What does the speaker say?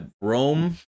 Rome